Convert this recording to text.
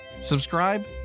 Subscribe